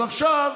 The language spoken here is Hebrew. אז עכשיו,